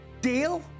Deal